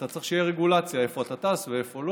אתה צריך שתהיה רגולציה: איפה אתה טס ואיפה לא